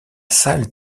salle